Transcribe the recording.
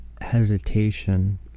hesitation